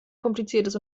kompliziertes